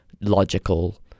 logical